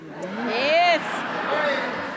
Yes